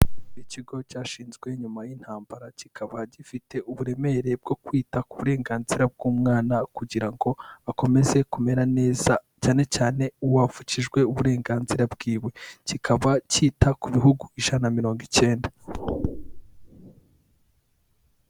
Ikigo cyashinzwe nyuma y'intambara, kikaba gifite uburemere bwo kwita ku burenganzira bw'umwana kugira ngo akomeze kumera neza cyane cyane uwavukijwe uburenganzira bwiwe, kikaba cyita ku bihugu ijana na mirongo icyenda.